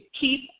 keep